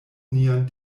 nian